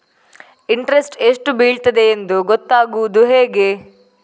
Interest ಎಷ್ಟು ಬೀಳ್ತದೆಯೆಂದು ಗೊತ್ತಾಗೂದು ಹೇಗೆ?